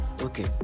Okay